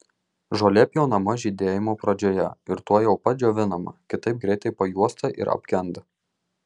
žolė pjaunama žydėjimo pradžioje ir tuojau pat džiovinama kitaip greitai pajuosta ir apgenda